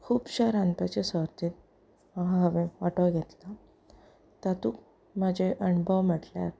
खूबश्या रांदपाचे सर्तींत हांवें वांटो घेतलां तातूंत म्हजे अणभव म्हणल्यार